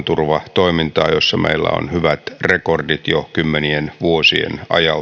rauhanturvatoimintaa jossa meillä on hyvät rekordit jo kymmenien vuosien ajalta